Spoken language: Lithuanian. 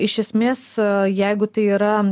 iš esmės jeigu tai yra